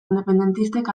independentistek